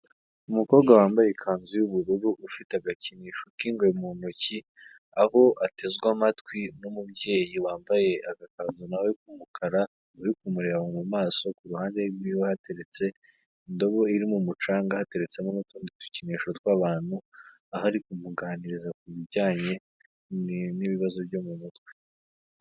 Umukobwa wambaye ikanzu y'ubururu ufite agakinisho k'ingwe mu ntoki, aho atezwe amatwi n'umubyeyi wambaye agakanzu na we k'umukara, uri kumureba mu maso ku ruhande rwiwe hateretse indobo iri mu mucanga hateretsemo n'utundi dukinisho tw'abantu, aho ari kumuganiriza ku bijyanye n'ibibazo byo mu mutwe.